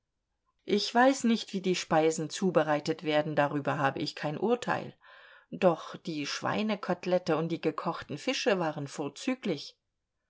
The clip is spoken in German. ich weiß nicht wie die speisen zubereitet werden darüber habe ich kein urteil doch die schweinekotelette und die gekochten fische waren vorzüglich